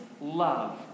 love